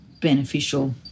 beneficial